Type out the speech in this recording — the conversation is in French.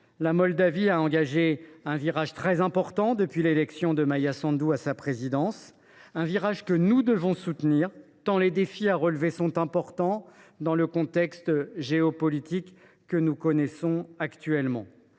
elle a engagé un virage très important depuis l’élection de Maia Sandu à la présidence. Nous devons soutenir cette orientation, tant les défis à relever sont importants dans le contexte géopolitique que nous connaissons actuellement.